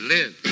Live